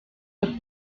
los